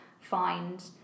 find